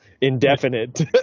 indefinite